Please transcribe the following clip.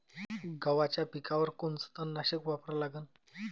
गव्हाच्या पिकावर कोनचं तननाशक वापरा लागन?